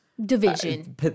Division